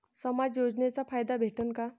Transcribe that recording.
समाज योजनेचा फायदा भेटन का?